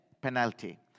penalty